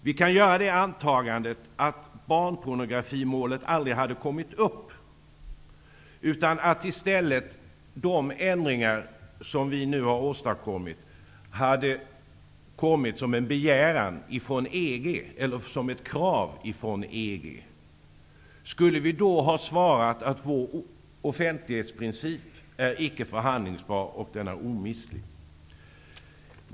Vi kan göra antagandet att barnpornografimålet aldrig hade kommit upp, utan att EG skulle ha kommit med krav på de ändringar som vi nu har åstadkommit. Skulle vi då ha svarat att vår offentlighetsprincip icke är förhandlingsbar och omistlig?